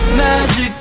magic